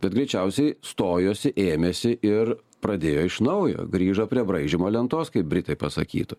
bet greičiausiai stojosi ėmėsi ir pradėjo iš naujo grįžo prie braižymo lentos kaip britai pasakytų